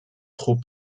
trop